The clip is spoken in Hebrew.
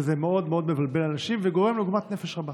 זה מאוד מאוד מבלבל הרבה אנשים וגורם לעוגמת נפש רבה.